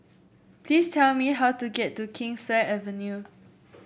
please tell me how to get to Kingswear Avenue